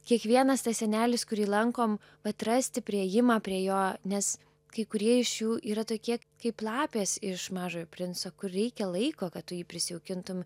kiekvienas tas senelis kurį lankom atrasti priėjimą prie jo nes kai kurie iš jų yra tokie kaip lapės iš mažojo princo kur reikia laiko kad tu jį prisijaukintum